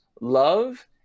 love